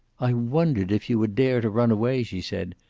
i wondered if you would dare to run away! she said.